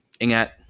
Ingat